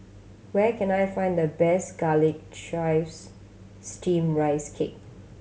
where can I find the best Garlic Chives Steamed Rice Cake